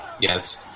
Yes